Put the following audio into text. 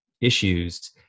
issues